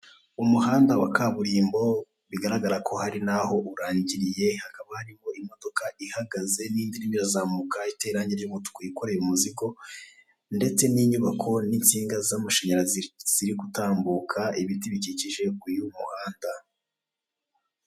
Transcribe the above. Umuhanda wa kaburimbo bigaragara ko hari n'aho urangiriye, hakaba harimo imodoka ihagaze n'indi irimo irazamuka iteye irange ry'umutuku yikorete umuzigo, ndetse n'inyubako n'insinga z'amashanyarazi ziri gutambuka ibiti bikikije uyu muhanda.